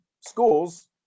schools